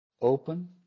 open